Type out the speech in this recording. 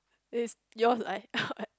is yours I I